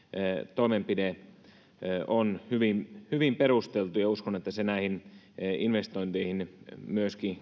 toimenpide on hyvin hyvin perusteltu ja uskon että se kannustaa näihin investointeihin myöskin